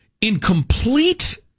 incomplete